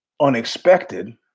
unexpected